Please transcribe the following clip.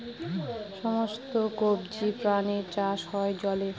সমস্ত কবজি প্রাণীর চাষ হয় জলে